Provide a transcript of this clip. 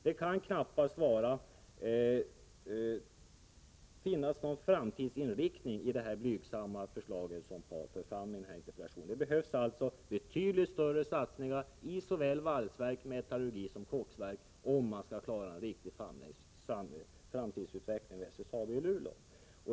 Det kan knappast finnas någon framtidsinriktning i det blygsamma förslag som Paul Lestander för fram i sin interpellation. Det behövs alltså betydligt större satsningar i såväl valsverk och metallurgi som koksverk, om man skall kunna klara en riktig framtidsutveckling för SSAB i Luleå.